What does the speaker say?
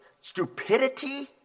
stupidity